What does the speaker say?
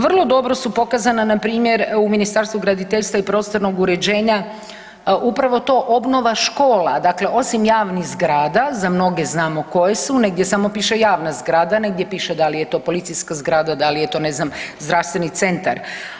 Vrlo dobro su pokazana npr. u Ministarstvu graditeljstva i prostornog uređenja upravo to obnova škola, dakle osim javnih zgrada, za mnoge znamo koje su, negdje samo piše javna zgrada, negdje piše da li je to policijska zgrada, da li je to ne znam zdravstveni centar.